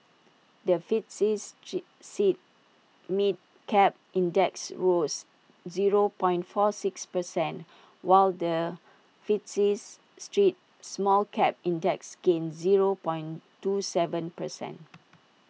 the FTSE G St mid cap index rose zero point four six percent while the FTSE street small cap index gained zero point two Seven percent